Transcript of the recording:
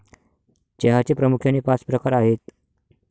चहाचे प्रामुख्याने पाच प्रकार आहेत